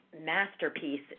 masterpiece